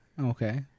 Okay